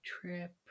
trip